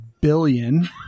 billion